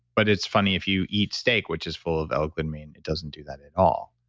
but it's funny if you eat steak which is full of l-glutamine, it doesn't do that at all.